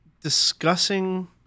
discussing